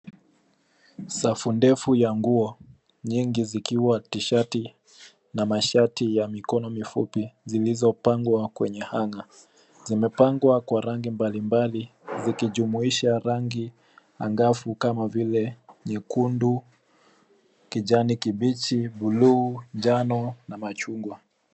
Safu ndefu ya nguo nyingi zikiwa t-shirt na mashati ya mikono mifupi zilizopangwa kwenye hanger .Zimepangwa Kwa rangi mbalimbali zikijumuisha rangi angavu kama vile nyekundu, kijani kibichi, buluu njano na machungwa.